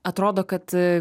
atrodo kad